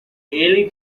ele